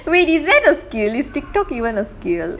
wait is that a skill is TikTok even a skill